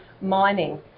mining